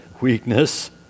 Weakness